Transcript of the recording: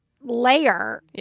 layer